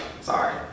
Sorry